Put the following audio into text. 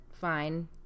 fine